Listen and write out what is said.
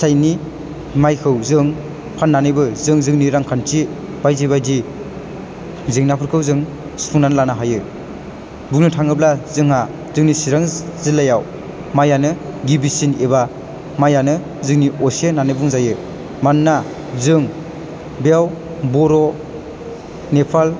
फिथाइनि माइखौ जों फाननानैबो जों जोंनि रांखान्थि बायदि बायदि जेंनाफोरखौ जों सुफुंनानै लानो हायो बुंनो थाङोब्ला जोंहा जोंनि चिरां जिल्लायाव माइआनो गिबिसिन एबा माइआनो जोंनि असे होननानै बुंजायो मानोना जों बेयाव बर' नेपालि